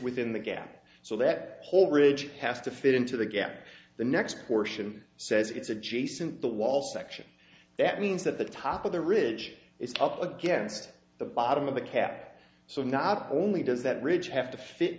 within the gap so that hole ridge has to fit into the gap the next portion says it's adjacent the wall section that means that the top of the ridge is up against the bottom of the cab so not only does that ridge have to fit